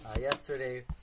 yesterday